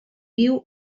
viu